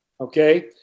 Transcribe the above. okay